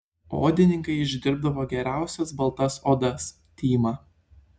odininkai išdirbdavo geriausias baltas odas tymą